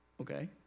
Okay